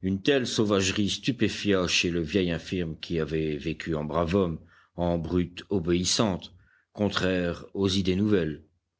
une telle sauvagerie stupéfia chez le vieil infirme qui avait vécu en brave homme en brute obéissante contraire aux idées nouvelles